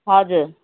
हजुर